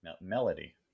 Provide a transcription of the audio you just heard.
melody